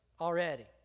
already